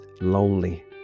lonely